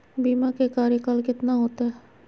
बीमा के कार्यकाल कितना होते?